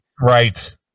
Right